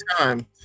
time